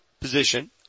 position